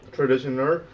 Traditioner